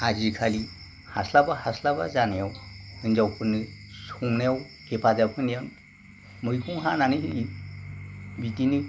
आजि खालि हास्लाबा हास्लाबा जानायाव हिनजावफोरनो संनायाव हेफाजाब होनाया मैगं हानानै होयो बिदिनो